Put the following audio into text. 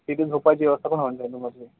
तिथे झोपायची व्यवस्था पण होऊन जाईल